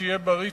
שיהיה בריא,